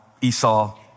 Esau